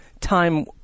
time